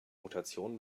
mutation